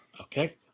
Okay